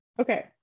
Okay